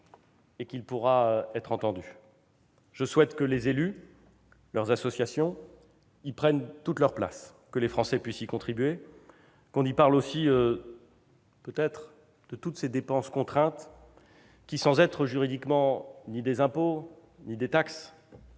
et qu'il pourra être entendu. Je souhaite que les élus, leurs associations, y prennent toute leur place, que les Français puissent y contribuer, qu'on y parle aussi peut-être de toutes ces dépenses contraintes qui, sans être juridiquement ni des impôts ni des taxes,